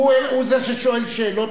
הוא זה ששואל שאלות כרגע.